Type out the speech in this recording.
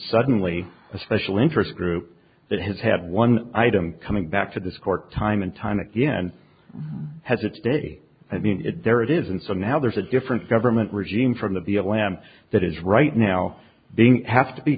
suddenly a special interest group that has had one item coming back to this court time and time again has its day i mean it there it is and so now there's a different government regime from of the lamb that is right now being have to be